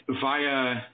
via